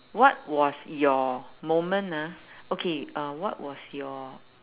what was your moment ah okay uh what was your